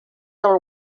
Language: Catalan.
del